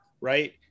right